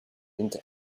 into